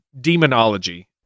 demonology